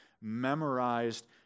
memorized